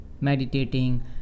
meditating